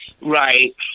Right